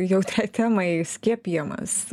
jautriai temai skiepijimas